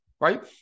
Right